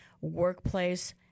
workplace